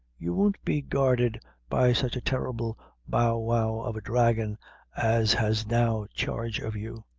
you won't be guarded by such a terrible bow-wow of a dragon as has now charge of you.